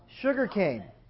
Sugarcane